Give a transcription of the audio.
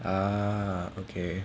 ah okay